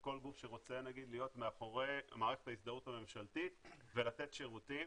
כל גוף שרוצה להיות למשל מאחורי מערכת ההזדהות הממשלתית ולתת שירותים,